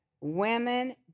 Women